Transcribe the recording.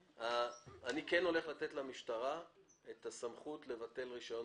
אני כן הולך לתת למשטרה את הסמכות לבטל רישיון